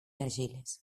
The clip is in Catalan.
argiles